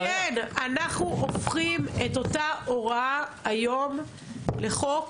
ולכן, כן, אנחנו הופכים את אותה הוראה היום לחוק,